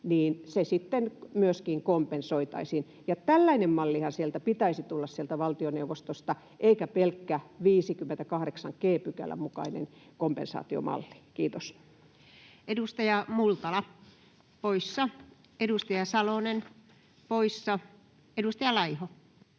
niin se sitten myöskin kompensoitaisiin. Tällainen mallihan valtioneuvostosta pitäisi tulla eikä pelkkä 58 g §:n mukainen kompensaatiomalli. — Kiitos. Edustaja Multala — poissa. Edustaja Salonen — poissa. Edustaja Laiho.